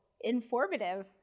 informative